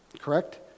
correct